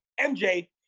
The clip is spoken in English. MJ